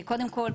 קודם כל,